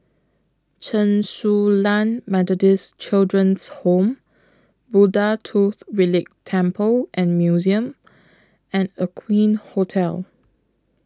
Chen Su Lan Methodist Children's Home Buddha Tooth Relic Temple and Museum and Aqueen Hotel